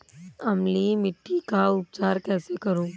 अम्लीय मिट्टी का उपचार कैसे करूँ?